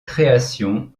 création